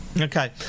Okay